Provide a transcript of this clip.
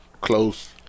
close